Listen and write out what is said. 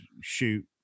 shoot